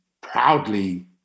proudly